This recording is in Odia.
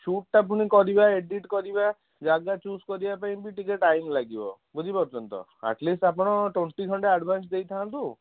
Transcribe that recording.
ସୁଟ୍ଟା ପୁଣି କରିବା ଏଡ଼ିଟ୍ କରିବା ଜାଗା ଚୁଜ୍ କରିବା ପାଇଁ ବି ଟିକେ ଟାଇମ୍ ଲାଗିବ ବୁଝିପାରୁଚନ୍ତି ତ ଆଟ୍ ଲିଷ୍ଟ ଆପଣ ଟ୍ୱେଣ୍ଟି ଖଣ୍ଡେ ଆଡ଼ଭାନ୍ସ ଦେଇଥାନ୍ତୁ